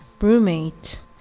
roommate